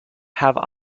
have